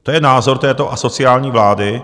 To je názor této asociální vlády.